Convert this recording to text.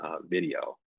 video